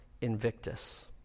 Invictus